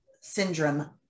Syndrome